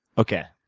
okay.